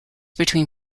between